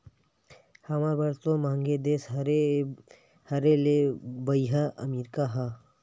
हमर बर तो मंहगे देश हरे रे भइया अमरीका ह